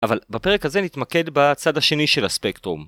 אבל בפרק הזה נתמקד בצד השני של הספקטרום.